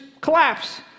collapse